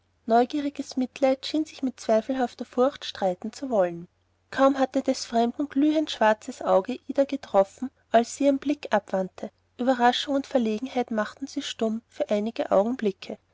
neugieriges mitleid schien sich mit zweifelhafter furcht streiten zu wollen kaum hatte des fremden glühendschwarzes auge ida getroffen als sie ihren blick abwandte überraschung und verlegenheit machten sie stumm auf einige augenblicke